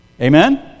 Amen